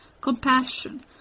compassion